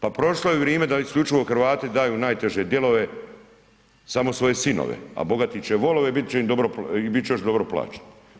Pa prošlo je vrijeme da isključivo Hrvati daju nateže dijelove samo svoje sinove, a bogati će volove i bit će još dobro plaćeni.